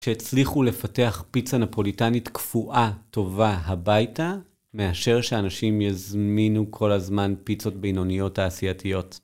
שהצליחו לפתח פיצה נפוליטנית קפואה טובה הביתה, מאשר שאנשים יזמינו כל הזמן פיצות בינוניות תעשייתיות.